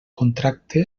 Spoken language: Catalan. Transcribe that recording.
contracte